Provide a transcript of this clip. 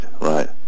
Right